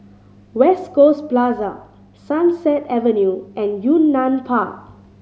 West Coast Plaza Sunset Avenue and Yunnan Park